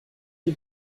die